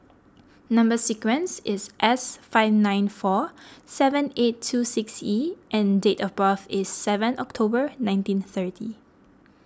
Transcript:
Number Sequence is S five nine four seven eight two six E and date of birth is seven October nineteen thirty